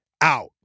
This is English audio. out